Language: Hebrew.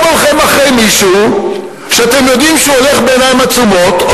אתם הולכים אחרי מישהו שאתם יודעים שהוא הולך בעיניים עצומות,